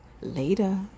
later